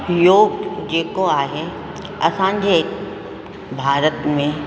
योग जेको आहे असांजे भारत में